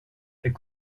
est